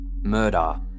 murder